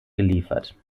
geliefert